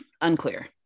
Unclear